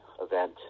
event